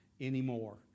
anymore